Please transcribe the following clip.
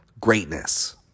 greatness